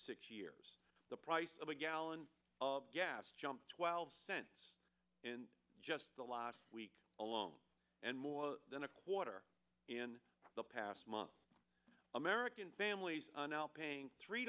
six years the price of a gallon of gas jumped twelve cents in just the last week alone and more than a quarter in the past month american families now paying three